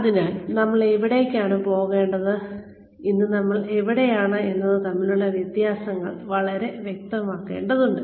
അതിനാൽ നമ്മൾ എവിടേക്കാണ് പോകേണ്ടത് ഇന്ന് നമ്മൾ എവിടെയാണ് എന്നത് തമ്മിലുള്ള വ്യത്യാസങ്ങൾ വളരെ വ്യക്തമാകേണ്ടതുണ്ട്